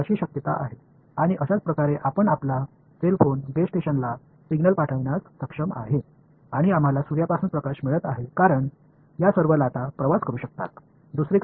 எனவே அவை அலை போன்றவையாக இருக்கக்கூடும் அப்படித்தான் உங்கள் செல்போனுக்கு பேஸ் ஸ்டேஷனிலிருந்து ஒரு சமிக்ஞையை அனுப்ப முடிகிறது மேலும் சூரியனில் இருந்து ஒளியைப் பெறுகிறோம் ஏனென்றால் இவை அனைத்தும் அலைகள் போன்று பயணிக்கக் கூடியவை